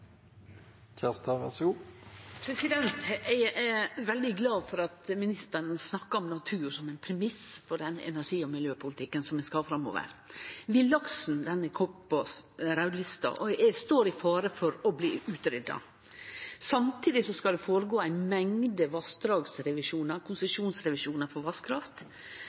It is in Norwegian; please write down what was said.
veldig glad for at ministeren snakkar om natur som ein premiss for den energi- og miljøpolitikken som vi skal ha framover. Villaksen er komen på raudlista og står i fare for å bli utrydda. Samtidig skal det føregå ei mengde vassdragsrevisjonar, konsesjonsrevisjonar for vasskraft.